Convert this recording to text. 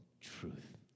truth